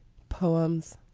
poems.